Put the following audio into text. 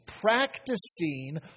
practicing